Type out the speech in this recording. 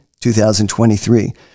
2023